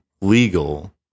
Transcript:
legal